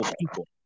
people